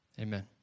Amen